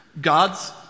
God's